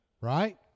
right